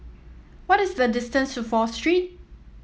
what is the distance to Fourth Street